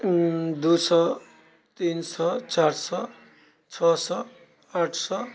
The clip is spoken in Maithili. दू सए तीन सए चारि सए छओ सए आठ सए